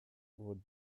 would